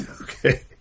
Okay